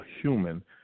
human